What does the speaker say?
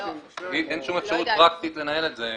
אין שום אפשרות פרקטית לנהל את זה.